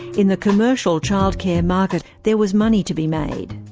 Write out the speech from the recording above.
in the commercial childcare market, there was money to be made.